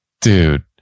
dude